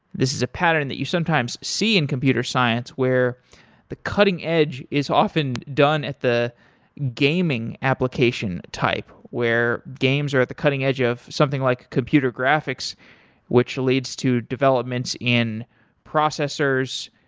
this is a pattern that you sometimes see in computer science where the cutting edge is often done at the gaming application type where games are the cutting edge of something like computer graphics which leads to developments in processors,